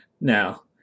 Now